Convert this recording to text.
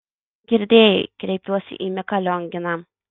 girdėjai kreipiuosi į miką lionginą